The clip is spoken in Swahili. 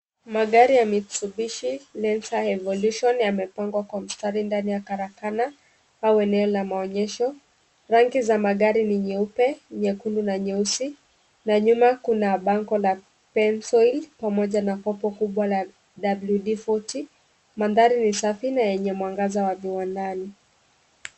Magari a Mitsubishi Lencer Evolution yamepangwa kwa mstari ndani ya karakana au eneo la maonyesho. Rangi za magari ni nyeupe, nyekundu na nyeusi. Na nyuma kuna bango la Pennzoil pamoja na popo kubwa la WD-40 . Mandhari ni safi na yenye mwangaza wa viwandani.